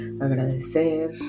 agradecer